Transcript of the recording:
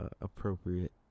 appropriate